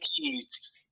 keys